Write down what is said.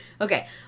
Okay